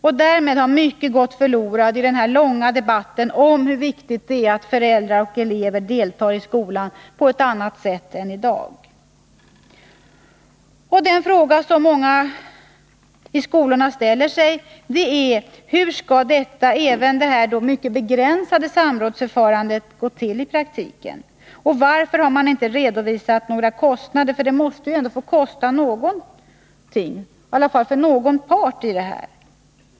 Och därmed har mycket gått förlorat i den långa debatten om hur viktigt det är hur föräldrar och elever deltar i skolan på ett annat sätt än i dag. De frågor som många i skolorna ställer sig är: Hur skall även detta mycket begränsade samrådsförfarande gå till i praktiken? Varför har inte regeringen redovisat några kostnader — det måste ju ändå få kosta något för någon part?